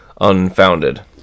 unfounded